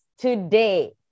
today